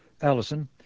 Allison